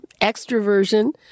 extroversion